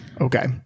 okay